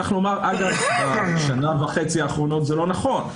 צריך לומר, אגב, שבשנה וחצי האחרונות זה לא נכון.